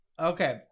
Okay